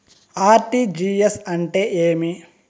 RTGS అంటే ఏమి